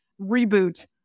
reboot